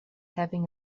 having